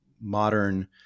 modern